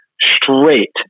straight